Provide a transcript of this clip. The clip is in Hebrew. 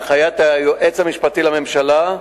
הנחיית היועץ המשפטי לממשלה: